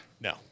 No